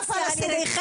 גוש העם הפלסטיני.